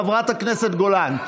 חברת הכנסת גולן.